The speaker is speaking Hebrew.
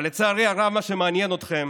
אבל לצערי הרב, מה שמעניין אתכם